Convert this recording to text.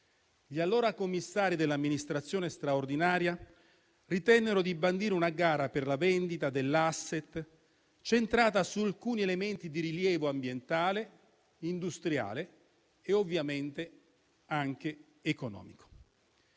gli allora commissari dell'amministrazione straordinaria ritennero di bandire una gara per la vendita dell'*asset*, centrata su alcuni elementi di rilievo ambientale, industriale e ovviamente anche economico.